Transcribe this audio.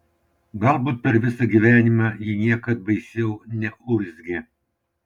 galbūt per visą gyvenimą ji niekad baisiau neurzgė